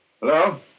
Hello